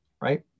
right